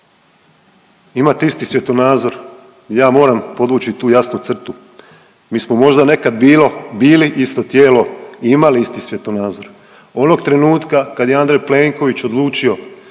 Imate isti svjetonazor, ja moram podvući tu jasnu crtu. Mi smo možda neka bilo bili isto tijelo i imali isti svjetonazor. Onog trenutka kad je Andrej Plenković odlučio